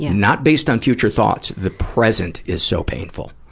yeah not based on future thoughts, the present is so painful?